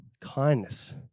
kindness